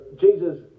Jesus